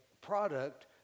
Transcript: product